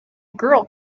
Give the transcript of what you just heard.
girl